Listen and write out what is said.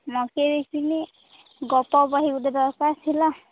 ମୋତେ ଦେଇସିନି ଗପ ବହି ଗୁଟେ ଦରକାର ଥିଲା